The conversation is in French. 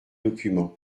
documents